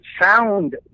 sound